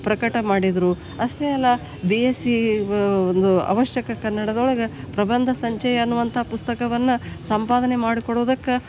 ಪ್ರಕಟ ಮಾಡಿದರು ಅಷ್ಟೇ ಅಲ್ಲ ಬಿ ಎಸ್ ಇ ಒಂದು ಆವಶ್ಯಕ ಕನ್ನಡದೊಳಗೆ ಪ್ರಬಂಧ ಸಂಜೆ ಅನ್ನುವಂಥ ಪುಸ್ತಕವನ್ನು ಸಂಪಾದನೆ ಮಾಡಿ ಕೊಡುವುದಕ್ಕೆ